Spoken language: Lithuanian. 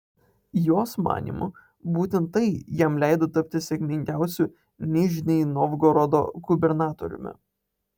jos manymu būtent tai jam leido tapti sėkmingiausiu nižnij novgorodo gubernatoriumi